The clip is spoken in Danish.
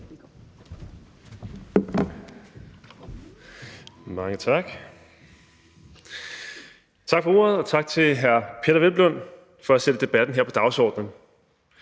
(RV): Tak for ordet, og tak til hr. Peder Hvelplund for at sætte debatten her på dagsordenen.